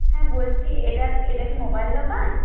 হ্যাঁ বলছি এটা এটা কি মোবাইল দোকান